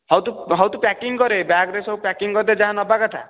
ହଉ ତୁ ହଉ ତୁ ପ୍ୟାକିଂ କର ବ୍ୟାଗ୍ରେ ସବୁ ପ୍ୟାକିଂ କରିଦେ ଯାହା ନେବା କଥା